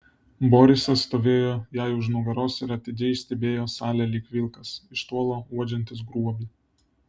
borisas stovėjo jai už nugaros ir atidžiai stebėjo salę lyg vilkas iš tolo uodžiantis grobį